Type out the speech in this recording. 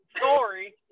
sorry